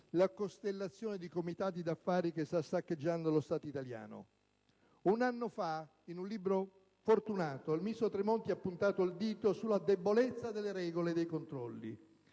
la costellazione di comitati d'affari che sta saccheggiando lo Stato italiano. Qualche anno fa, in un libro fortunato, il ministro Tremonti ha puntato il dito sulla debolezza delle regole e dei controlli.